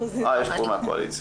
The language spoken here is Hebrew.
אה, יש פה מהקואליציה.